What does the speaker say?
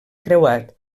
creuat